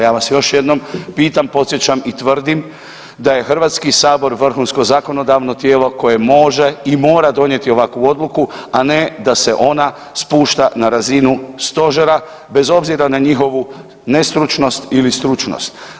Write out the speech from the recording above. Ja vas još jednom pitam, podsjećam i tvrdim da je Hrvatski sabor vrhunsko zakonodavno tijelo koje može i mora donijeti ovakvu odluku, a ne da se ona spušta na razinu stožera bez obzira na njihovu nestručnost ili stručnost.